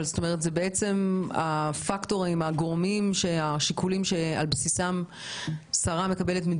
אבל בעצם הגורמים והשיקולים שעל בסיסם השרה מקבלת את